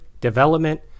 development